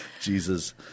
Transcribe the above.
Jesus –